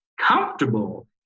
comfortable